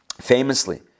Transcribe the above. Famously